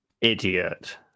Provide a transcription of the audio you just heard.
Idiot